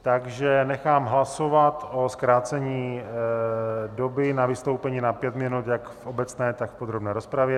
Takže nechám hlasovat o zkrácení doby na vystoupení na pět minut jak v obecné, tak v podrobné rozpravě.